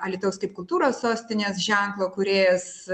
alytaus kaip kultūros sostinės ženklo kūrėjas